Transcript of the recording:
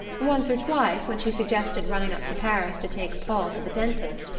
once or twice, when she suggested running up to paris to take paul to the dentist,